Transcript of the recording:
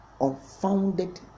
unfounded